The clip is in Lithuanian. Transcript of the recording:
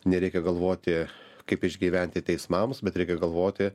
nereikia galvoti kaip išgyventi teismams bet reikia galvoti